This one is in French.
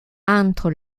entre